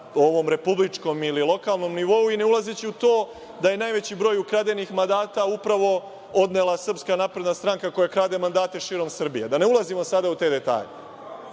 ovom republičkom ili lokalnom nivou i ne ulazeći u to da je najveći broj ukradenih mandata upravo odnela SNS koja krade mandate širom Srbije, da ne ulazimo sada u te detalje. Ovde